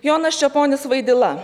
jonas čeponis vaidila